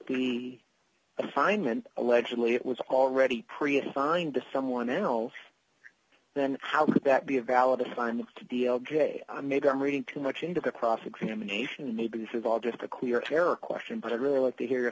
the assignment allegedly it was already preassigned to someone else then how could that be a valid assignments to deal jay maybe i'm reading too much into the cross examination and maybe this is all just a clear fair question but i'd really like to hear your